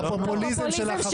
את הפופוליזם שלך,